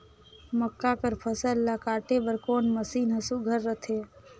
मक्का कर फसल ला काटे बर कोन मशीन ह सुघ्घर रथे?